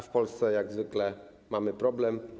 W Polsce jak zwykle mamy problem.